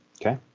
Okay